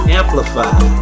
amplify